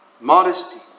Modesty